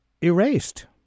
erased